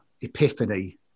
epiphany